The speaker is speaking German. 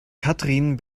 katrin